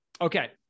Okay